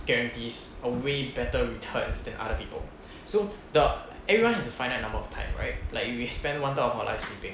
guarantees a way better returns than other people so the everyone has a finite amount of time right like we spend one third of our lives sleeping